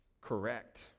correct